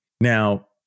Now